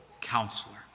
counselor